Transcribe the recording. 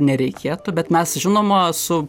nereikėtų bet mes žinoma su